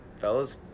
Fellas